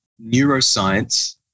neuroscience